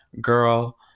girl